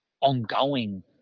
ongoing